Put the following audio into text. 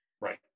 right